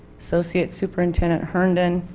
associate superintendent herndon,